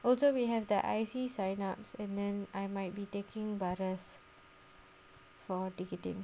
although we have the I_C sign ups and then I might be taking part as for ticketing